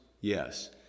Yes